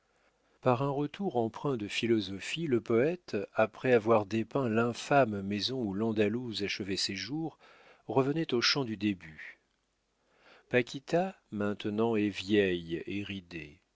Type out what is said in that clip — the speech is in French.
par un retour empreint de philosophie le poète après avoir dépeint l'infâme maison où l'andalouse achevait ses jours revenait au chant du début paquita maintenant est vieille et ridée